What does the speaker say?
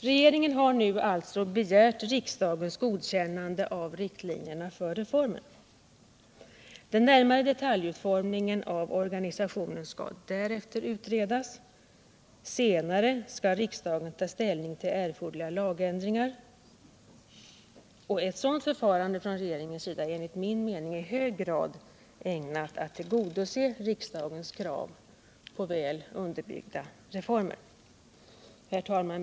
Regeringen har alltså nu begärt riksdagens godkännande av riktlinjerna för reformen, därefter skall den närmare detaljutformningen av organisationen utredas och senare skall riksdagen ta ställning till erforderliga lagändringar. Ett sådant förfarande från regeringens sida är enligt min mening i hög grad ägnat att tillgodose riksdagens krav på väl underbyggda reformer. Herr talman!